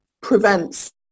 prevents